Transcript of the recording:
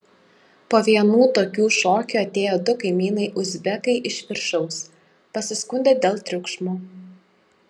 po vienų tokių šokių atėjo du kaimynai uzbekai iš viršaus pasiskundė dėl triukšmo